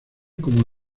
como